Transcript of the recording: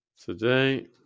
today